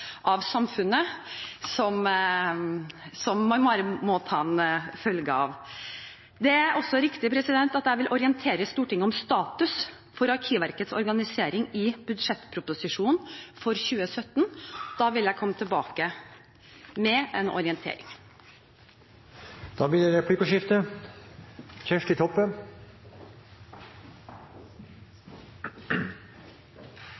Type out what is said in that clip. samfunnet som man bare må ta følgene av. Det er også riktig at jeg vil orientere Stortinget om status for Arkivverkets organisering i budsjettproposisjonen for 2017. Da vil jeg komme tilbake med en orientering. Det blir replikkordskifte. Arkivspørsmål er viktig for alle, det